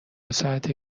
ساعته